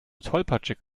tollpatschig